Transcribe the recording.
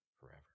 forever